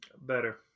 Better